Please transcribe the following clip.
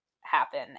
happen